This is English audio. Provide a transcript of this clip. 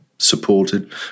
supported